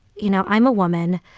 you know, i'm a woman.